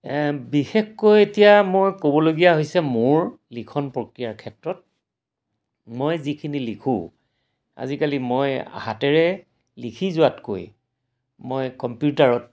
এ বিশেষকৈ এতিয়া মই ক'বলগীয়া হৈছে মোৰ লিখন প্ৰক্ৰিয়াৰ ক্ষেত্ৰত মই যিখিনি লিখোঁ আজিকালি মই হাতেৰে লিখি যোৱাতকৈ মই কম্পিউটাৰত